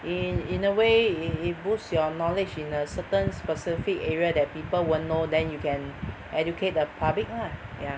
in in a way it it boosts your knowledge in a certain specific area that people won't know then you can educate the public lah ya